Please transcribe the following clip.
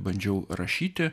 bandžiau rašyti